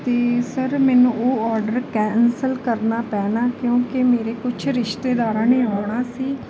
ਅਤੇ ਸਰ ਮੈਨੂੰ ਉਹ ਆਰਡਰ ਕੈਂਸਲ ਕਰਨਾ ਪੈਣਾ ਕਿਉਂਕਿ ਮੇਰੇ ਕੁਛ ਰਿਸ਼ਤੇਦਾਰਾਂ ਨੇ ਆਉਣਾ ਸੀ